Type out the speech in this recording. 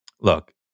look